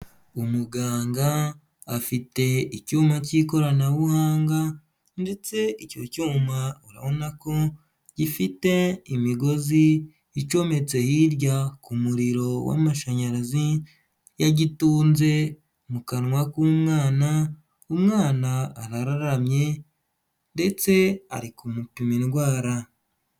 Umuganga afite icyuma cy'ikoranabuhanga ndetse icyo cyuma urabona ko gifite imigozi icometse hirya ku muriro w'amashanyarazi, yagitunze mu kanwa k'umwana, umwana arararamye ndetse ari kumupima indwara.